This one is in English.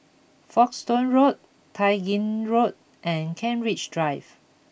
Folkestone Road Tai Gin Road and Kent Ridge Drive